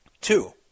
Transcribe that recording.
Two